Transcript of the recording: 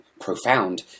profound